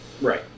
Right